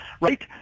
right